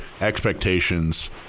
expectations